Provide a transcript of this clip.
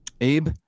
Abe